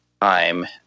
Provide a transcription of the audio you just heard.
time